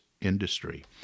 industry